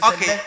Okay